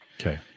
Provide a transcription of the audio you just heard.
Okay